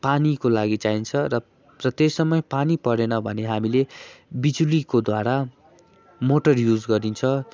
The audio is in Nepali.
पानीको लागि चाहिन्छ र त्यो समय पानी परेन भने हामीले बिजुलीको द्वारा मोटर युज गरिन्छ